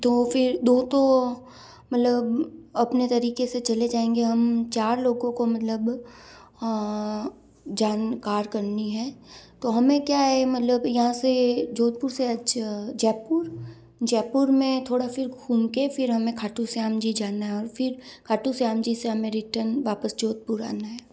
तो फ़िर दो तो मतलब अपने तरीक़े से चले जाएंगे हम चार लोगों को मतलब जन कार करनी है तो हमें क्या है मललब यहाँ से जोधपुर से अच्छ जयपुर जयपुर में थोड़ा फिर घूम के फिर हमें खाटू श्याम जी जाना है और फिर खाटू श्याम जी से हमें रिटर्न वापस जोधपुर आना है